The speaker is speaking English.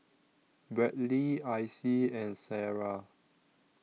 Bradly Icy and Sarrah